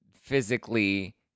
physically